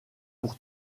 pour